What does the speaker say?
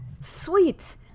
sweet